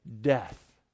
death